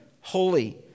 holy